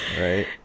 Right